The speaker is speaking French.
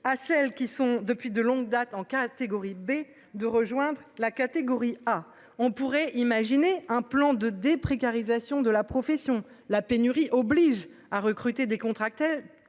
à celles qui sont depuis de longue date en catégorie B de rejoindre la catégorie A, on pourrait imaginer un plan de déprécarisation de la profession la pénurie oblige à recruter des contractaient